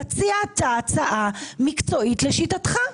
תציע הצעה מקצועית לשיטתך.